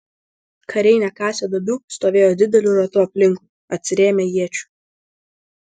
kariai nekasę duobių stovėjo dideliu ratu aplinkui atsirėmę iečių